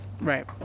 Right